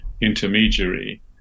intermediary